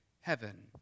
heaven